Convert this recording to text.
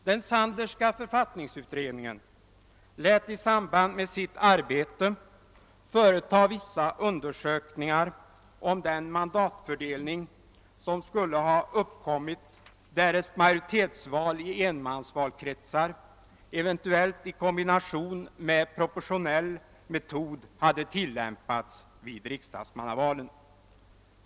Den sandlerska författningsutredningen lät i samband med sitt arbete företa vissa undersökningar om den mandatfördelning som skulle ha uppkommit därest majoritetsval i enmansvalkretsar, eventuellt i kombination med proportionell metod, hade tilllämpats vid riksdagsmannavalen.